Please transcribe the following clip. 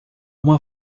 uma